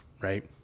right